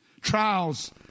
Trials